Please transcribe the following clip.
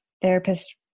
therapist